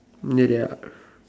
ya they are